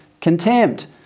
contempt